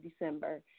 December